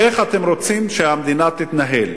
איך אתם רוצים שהמדינה תתנהל?